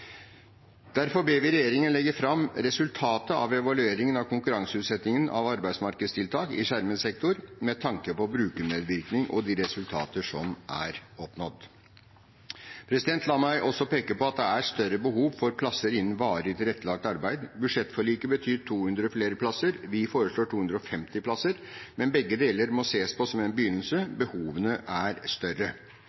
Derfor ber vi regjeringen legge fram resultatet av evalueringen av konkurranseutsettingen av arbeidsmarkedstiltak i skjermet sektor med tanke på brukermedvirkning og de resultater som er oppnådd. La meg også peke på at det er et større behov for plasser innen varig tilrettelagt arbeid. Budsjettforliket betyr 200 flere plasser, vi foreslår 250 plasser. Men begge deler må sees som en begynnelse.